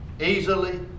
easily